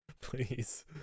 please